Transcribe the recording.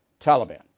Taliban